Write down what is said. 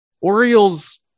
Orioles